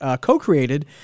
co-created